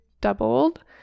doubled